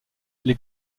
les